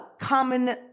common